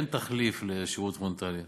אין תחליף לשירות פרונטלי.